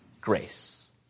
grace